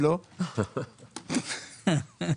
למה שהמדינה לא תעשה את הפיתוח.